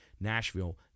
Nashville